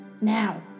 now